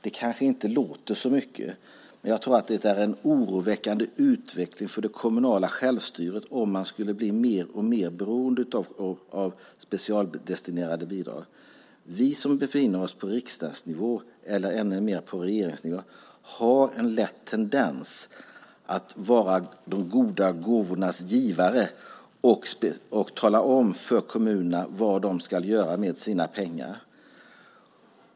Det kanske inte låter så mycket, men det är en oroväckande utveckling för det kommunala självstyret om man skulle bli mer och mer beroende av specialdestinerade bidrag. Vi som befinner oss på riksdagsnivå, eller på regeringsnivå, har en tendens att vara de goda gåvornas givare och tala om för kommunerna vad de ska göra med pengarna.